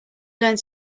learned